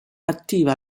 attiva